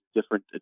different